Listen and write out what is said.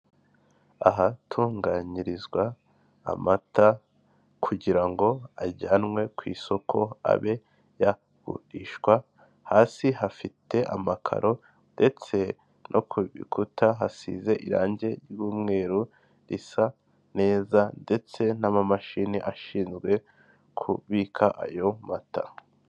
Ahatunganyirizwa amata kugira ngo ajyanwe ku isoko abe yagurishwa, hasi hafite amakaro ndetse no ku bikuta hasize irangi ry'umweru risa neza ndetse n'amamashini ashinzwe kubika ayo mata.